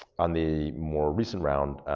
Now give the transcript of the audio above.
on the more recent round,